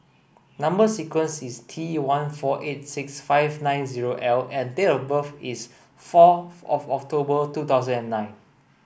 number sequence is T one four eight six five nine zero L and date of birth is fourth of October two thousand and nine